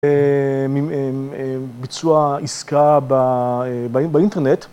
מביצוע עסקה באינטרנט.